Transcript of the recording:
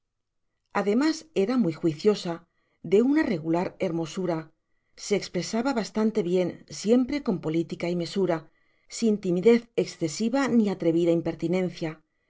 ademas era muy juiciosa de una regular hermosura se espresaba bastante bien siempre con politica y mesura sin timidez escesiva ni atrevida impertinencia